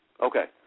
Okay